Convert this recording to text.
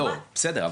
בסדר,